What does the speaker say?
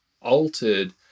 altered